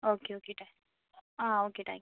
okay okay റ്റാ ആ okay thank you